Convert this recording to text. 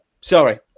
Sorry